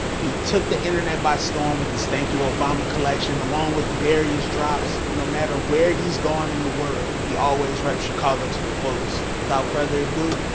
he took the internet by storm with his thank you obama collection along with various drops. no matter where he's gone in the world, he always reps chicago to the fullest. without further ado,